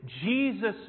Jesus